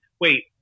Wait